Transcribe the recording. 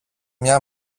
μια